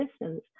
distance